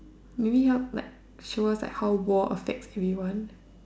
maybe uh like show us like how war affects everyone